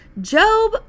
Job